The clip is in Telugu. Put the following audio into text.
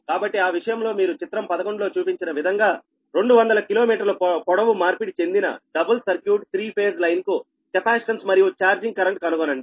కాబట్టి ఆ విషయంలో మీరు చిత్రం 11 లో చూపించిన విధంగా 200 కిలోమీటర్ల పొడవు మార్పిడి చెందిన double circuit three phase line కు కెపాసిటెన్స్ మరియు ఛార్జింగ్ కరెంట్ కనుగొనండి